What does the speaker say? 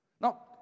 Now